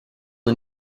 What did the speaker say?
the